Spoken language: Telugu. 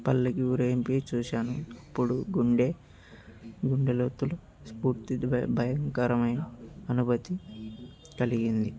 పల్లకి ఊరేగింపు చూశాను అప్పుడు గుండె గుండెలోతులు స్ఫూర్తి భయంకరమైన అనుభూతి కలిగింది